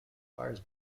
fires